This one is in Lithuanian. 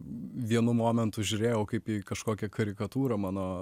vienu momentu žiūrėjau kaip į kažkokią karikatūrą mano